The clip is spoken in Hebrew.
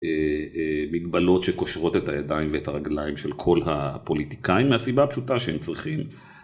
מגבלות שקושרות את הידיים ואת הרגליים של כל הפוליטיקאים, מהסיבה הפשוטה שהם צריכים...